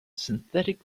synthetic